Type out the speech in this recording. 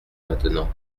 maintenant